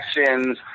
actions